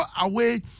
away